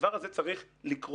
והדבר הזה צריך לקרות.